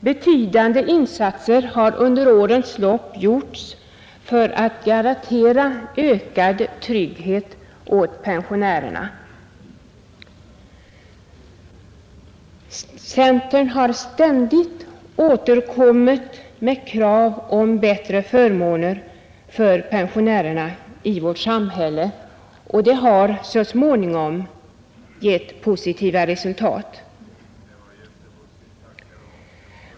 Betydande insatser har under årens lopp gjorts för att garantera ökad trygghet åt pensionärerna. Centern har ständigt återkommit med krav på bättre förmåner för pensionärerna i vårt samhälle, och det har så småningom gett positiva resultat.